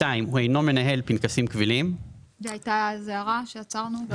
הוא אינו מנהל פנקסים קבילים, זו הערה שעצרנו בה.